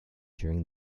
during